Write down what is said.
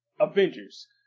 Avengers